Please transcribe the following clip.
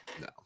No